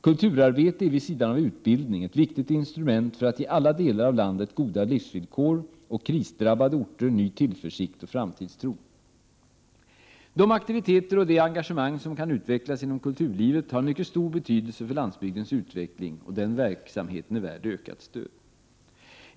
Kulturarbete är vid sidan av utbildning ett viktigt instrument för att ge alla delar av landet goda livsvillkor och krisdrabbade orter ny tillförsikt och framtidstro. De aktiviteter och det engagemang som kan utvecklas inom kulturlivet har en mycket stor betydelse för landsbygdens utveckling, och denna verksamhet är värd ökat stöd.